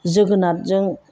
जोगोनारजों